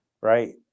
Right